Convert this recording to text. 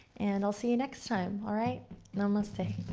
and i'll see you next time, all right? namaste.